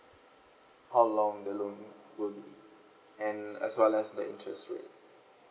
how long the loan will be and as well as the interest rate